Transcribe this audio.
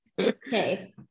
Okay